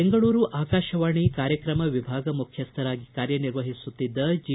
ಬೆಂಗಳೂರು ಆಕಾಶವಾಣಿ ಕಾರ್ಯಕ್ರಮ ವಿಭಾಗ ಮುಖ್ಯಸ್ಥರಾಗಿ ಕಾರ್ಯನಿರ್ವಹಿಸುತ್ತಿದ್ದ ಜಿ